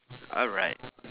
alright